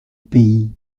pays